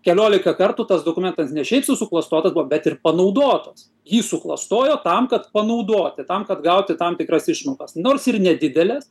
keliolika kartų tas dokumentas ne šiaip sau suklastotas bet ir panaudotas jį suklastojo tam kad panaudoti tam kad gauti tam tikras išmokas nors ir nedideles